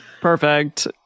Perfect